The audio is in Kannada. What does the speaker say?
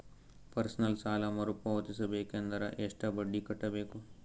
ಪರ್ಸನಲ್ ಸಾಲ ಮರು ಪಾವತಿಸಬೇಕಂದರ ಎಷ್ಟ ಬಡ್ಡಿ ಕಟ್ಟಬೇಕು?